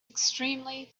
extremely